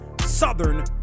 Southern